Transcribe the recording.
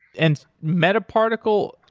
and metaparticle,